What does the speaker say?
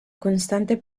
constante